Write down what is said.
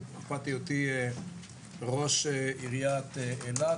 בתקופת היותי ראש עירית אילת,